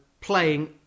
playing